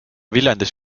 viljandis